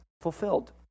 fulfilled